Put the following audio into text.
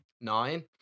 Nine